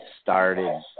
started